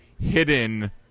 hidden